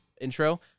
intro